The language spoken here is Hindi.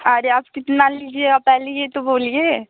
अरे आप कितना लीजिएगा पहले यह तो बोलिए